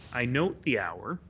i note the hour.